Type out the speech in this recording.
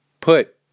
put